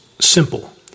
Simple